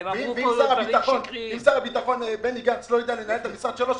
הם אמרו למשרד הכלכלה שהעלות שלהם היא